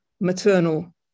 maternal